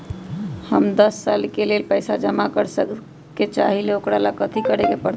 हम दस साल के लेल पैसा जमा करे के चाहईले, ओकरा ला कथि करे के परत?